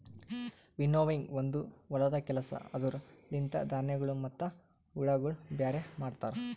winnowing ಒಂದು ಹೊಲದ ಕೆಲಸ ಅದುರ ಲಿಂತ ಧಾನ್ಯಗಳು ಮತ್ತ ಹುಳಗೊಳ ಬ್ಯಾರೆ ಮಾಡ್ತರ